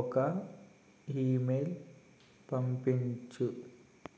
ఒక ఈమెయిల్ పంపించు